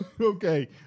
Okay